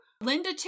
Linda